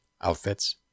Outfits